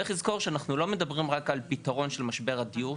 צריך לזכור שאנחנו לא מדברים רק על פתרון של משבר הדיור,